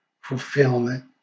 fulfillment